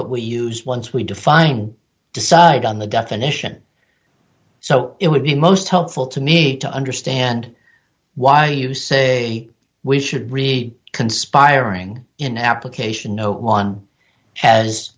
what we use once we define decide on the definition so it would be most helpful to me to understand why you say we should really conspiring in application no one has